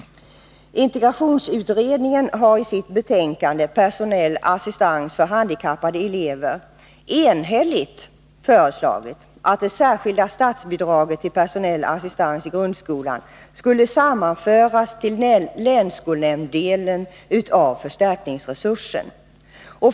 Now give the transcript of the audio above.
Integrationsutredningen har i sitt betänkande Personell assistans för handikappade elever enhälligt föreslagit att det särskilda statsbidraget till personell assistans i grundskolan skall sammanföras med länsskolnämndsdelen av förstärkningsresursen.